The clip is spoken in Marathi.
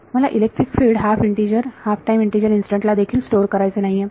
मला electric field half time integer instant ला देखील स्टोअर करायचे नाहीये